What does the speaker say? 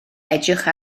edrych